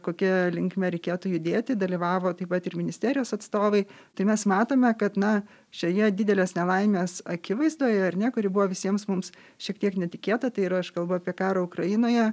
kokia linkme reikėtų judėti dalyvavo taip pat ir ministerijos atstovai tai mes matome kad na šioje didelės nelaimės akivaizdoje ar ne kuri buvo visiems mums šiek tiek netikėta tai ir aš kalbu apie karo ukrainoje